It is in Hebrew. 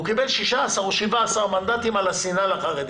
הוא קיבל 16 או 17 מנדטים על השנאה לחרדים,